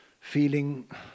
feeling